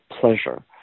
Pleasure